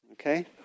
Okay